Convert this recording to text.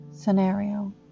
scenario